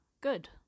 good